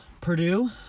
Purdue